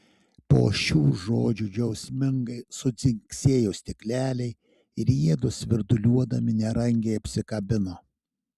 po šių žodžių džiaugsmingai sudzingsėjo stikleliai ir jiedu svirduliuodami nerangiai apsikabino